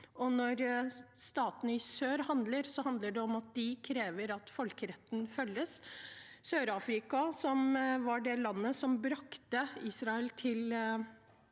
når statene i sør handler, handler det om at de krever at folkeretten følges. Sør-Afrika, som var det landet som brakte Israel for